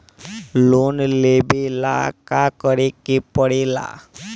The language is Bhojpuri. लोन लेबे ला का करे के पड़े ला?